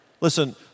Listen